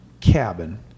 cabin